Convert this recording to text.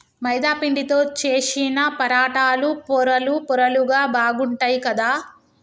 మైదా పిండితో చేశిన పరాటాలు పొరలు పొరలుగా బాగుంటాయ్ కదా